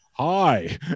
hi